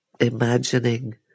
imagining